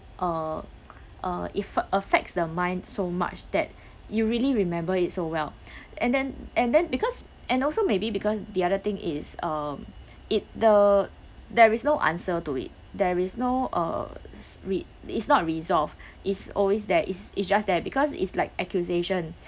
uh uh it affects the mind so much that you really remember it so well and then and then because and also maybe because the other thing is um it the there is no answer to it there is no uh re~ it's not resolved it's always there is it's just there because it's like accusation